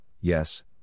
yes